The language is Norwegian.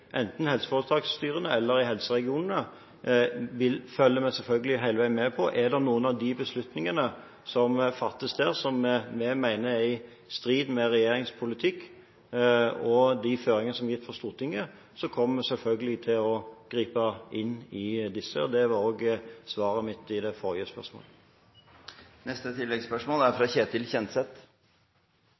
enten helseforetaksstyrene eller i helseregionene, følger vi selvfølgelig hele veien med på. Er det noen av de beslutningene som fattes der, som vi mener er i strid med regjeringens politikk og de føringer som er gitt for Stortinget, kommer vi selvfølgelig til å gripe inn i disse. Det var også svaret mitt på det forrige spørsmålet. Ketil Kjenseth – til oppfølgingsspørsmål. Først av alt: For Venstre er